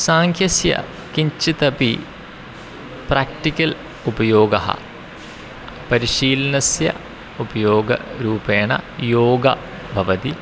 साङ्ख्यस्य किञ्चिदपि प्राक्टिकल् उपयोगः परिशीलनस्य उपयोगरूपेण योगः भवति